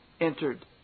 entered